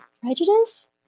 prejudice